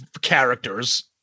characters